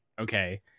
okay